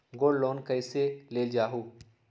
Gold loan कईसे लेल जाहु?